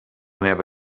meva